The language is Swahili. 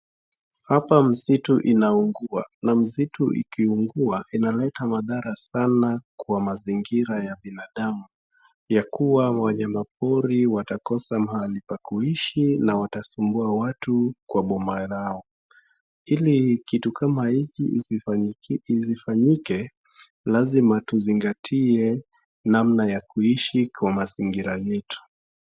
Hapa misitu inaugua, na misitu ikiugua inaleta madhara sana kwa mazingira ya binadamu. Ya kuwa wanyama pori watakosa mahali pa kuishi na watasumbua watu kwa boma lao. Ili kitu kama hiki isifanyike, lazima tuzingatie namna ya kuishi kwa mazingira yetu.